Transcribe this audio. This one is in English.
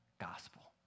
gospel